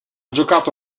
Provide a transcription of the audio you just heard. giocato